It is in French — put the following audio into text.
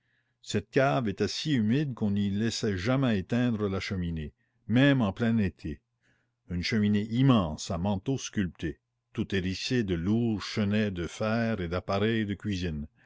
cette cave était si humide qu'on n'y laissait jamais éteindre la cheminée même en plein été une cheminée immense à manteau sculpté toute hérissée de lourds chenets de fer et d'appareils de cuisine